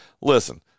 Listen